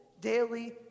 daily